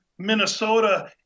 Minnesota